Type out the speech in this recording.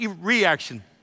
Reaction